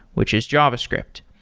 which is javascript.